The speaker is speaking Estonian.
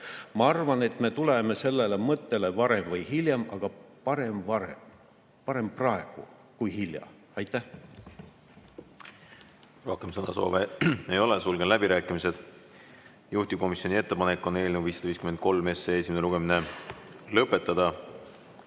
Ma arvan, et me tuleme sellele mõttele varem või hiljem, aga parem varem. Parem praegu kui liiga hilja. Aitäh!